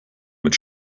mit